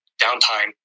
downtime